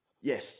Yes